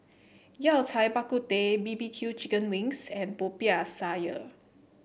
Yao Cai Bak Kut Teh B B Q Chicken Wings and Popiah Sayur